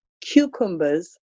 cucumbers